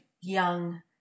young